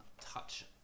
Touch